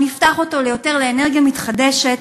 נפתח אותו יותר לאנרגיה מתחדשת,